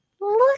look